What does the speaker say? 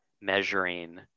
measuring